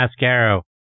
Mascaro